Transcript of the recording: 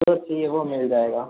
जो चाहिए वो मिल जाएगा